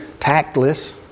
tactless